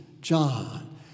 John